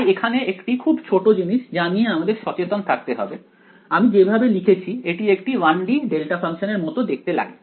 তাই এখানে এটি খুব ছোট জিনিস যা নিয়ে আমাদের সচেতন থাকতে হবে আমি যেভাবে লিখেছি এটি একটি 1 D ডেল্টা ফাংশানের মতো দেখতে লাগে